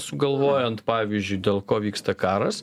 sugalvojant pavyzdžiui dėl ko vyksta karas